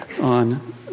on